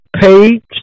page